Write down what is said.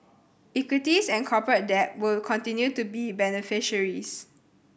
equities and corporate debt will continue to be beneficiaries